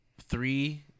three